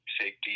safety